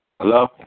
Hello